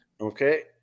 Okay